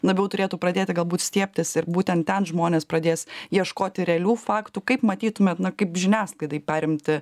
labiau turėtų pradėti galbūt stiebtis ir būtent ten žmonės pradės ieškoti realių faktų kaip matytumėt kaip žiniasklaidai perimti